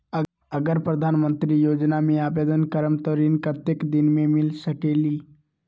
अगर प्रधानमंत्री योजना में आवेदन करम त ऋण कतेक दिन मे मिल सकेली?